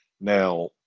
Now